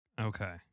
Okay